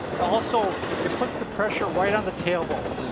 also, it puts the pressure right on the tail bone.